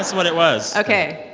what it was ok.